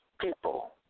people